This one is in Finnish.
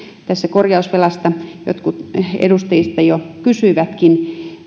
korjausvelasta jotkut edustajista jo kysyivätkin